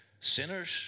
sinners